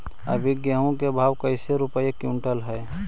अभी गेहूं के भाव कैसे रूपये क्विंटल हई?